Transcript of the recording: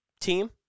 team